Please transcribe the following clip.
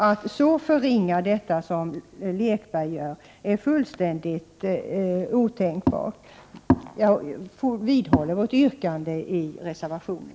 Att så förringa dessa uttalanden som Sören Lekberg gör är egentligen fullständigt otänkbart. Jag vidhåller folkpartiets yrkande i reservationen.